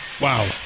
Wow